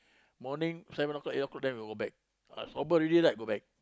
morning seven o-clock eight o-clock then we'll go back ah sober already right go back